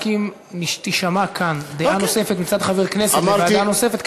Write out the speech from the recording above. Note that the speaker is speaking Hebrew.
רק אם תישמע כאן הצעה נוספת מצד חבר כנסת לוועדה נוספת,